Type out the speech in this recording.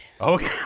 Okay